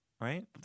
Right